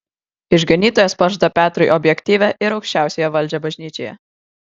išganytojas pažada petrui objektyvią ir aukščiausiąją valdžią bažnyčioje